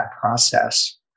process